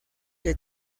que